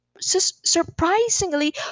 surprisingly